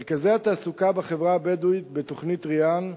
מרכזי התעסוקה בחברה הבדואית בתוכנית "ריאן"